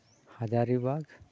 ᱦᱟᱡᱟᱨᱤᱵᱟᱜᱽ